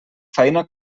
faena